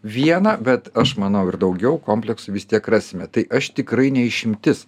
vieną bet aš manau ir daugiau kompleksų vis tiek rasime tai aš tikrai ne išimtis